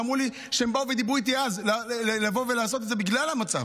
מירב בן ארי (יש עתיד): מירב בן ארי (יש עתיד):